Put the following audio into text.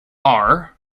are